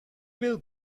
will